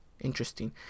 interesting